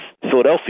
Philadelphia